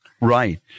Right